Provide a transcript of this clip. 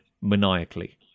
maniacally